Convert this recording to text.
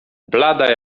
blada